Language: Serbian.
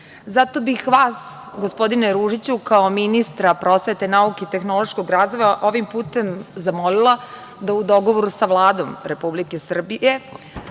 Zato bih vas, gospodine Ružiću, kao ministra prosvete, nauke i tehnološkog razvoja, ovim putem zamolila da u dogovoru sa Vladom Republike Srbije,